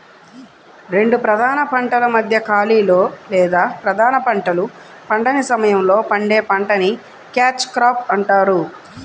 రెండు ప్రధాన పంటల మధ్య ఖాళీలో లేదా ప్రధాన పంటలు పండని సమయంలో పండే పంటని క్యాచ్ క్రాప్ అంటారు